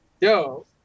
Yo